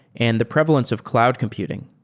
and the prevalence of cloud computing.